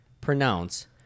pronounce